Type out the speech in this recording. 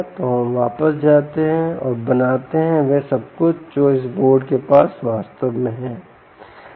तो हम वापस जाते हैं और बनाते हैं वह सब कुछ जो भी इस बोर्ड के पास वास्तव में है